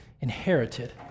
inherited